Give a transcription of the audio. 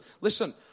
Listen